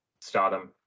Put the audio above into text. stardom